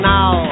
Now